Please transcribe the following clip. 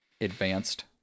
advanced